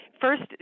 First